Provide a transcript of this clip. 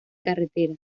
carretera